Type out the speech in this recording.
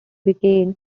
began